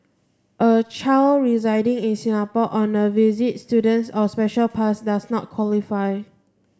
a child residing in Singapore on a visit student's or special pass does not qualify